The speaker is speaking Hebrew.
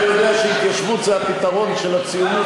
אתה יודע שהתיישבות זה הפתרון של הציונות,